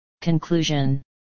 Conclusion